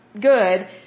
good